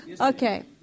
Okay